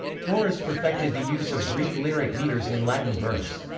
horace perfected the use of greek lyric metres in latin verse.